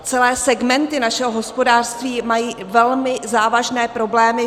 Celé segmenty našeho hospodářství mají velmi závažné problémy.